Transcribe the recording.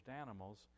animals